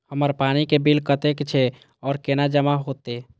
हमर पानी के बिल कतेक छे और केना जमा होते?